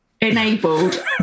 enabled